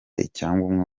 icyangombwa